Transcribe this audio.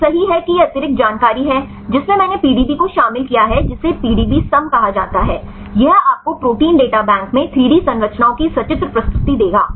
तो सही है कि यह अतिरिक्त जानकारी है जिसमें मैंने पीडीबी को शामिल किया है जिसे पीडीबीसम कहा जाता है यह आपको प्रोटीन डेटा बैंक में 3 डी संरचनाओं की सचित्र प्रस्तुति देगा